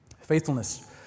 Faithfulness